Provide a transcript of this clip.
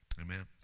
Amen